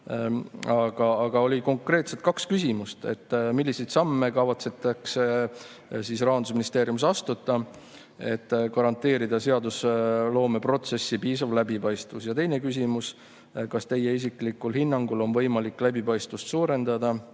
on konkreetselt kaks küsimust. Milliseid samme kavatsetakse Rahandusministeeriumis astuda, et garanteerida seadusloomeprotsessi piisav läbipaistvus? Ja teine küsimus: kas teie isiklikul hinnangul on võimalik läbipaistvust suurendada